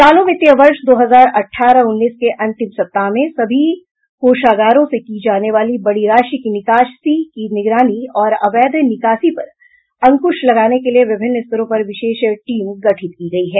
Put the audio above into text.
चालू वित्तीय वर्ष दो हजार अठारह उन्नीस के अंतिम सप्ताह में सभी कोषागारों से की जाने वाली बड़ी राशि की निकासी की निगरानी और अवैध निकासी पर अंकुश लगाने के लिए विभिन्न स्तरों पर विशेष टीम गठित की गयी है